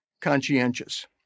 conscientious